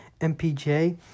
MPJ